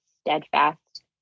steadfast